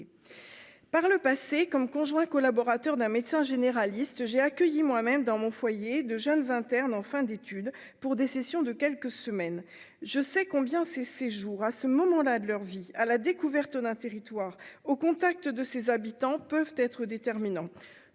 par le passé comme conjoint collaborateur d'un médecin généraliste, j'ai accueilli moi même dans mon foyer de jeunes internes en fin d'études pour des sessions de quelques semaines, je sais combien ces séjours à ce moment-là de leur vie à la découverte d'un territoire au contact de ses habitants peuvent être déterminants,